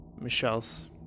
Michelle's